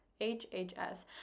hhs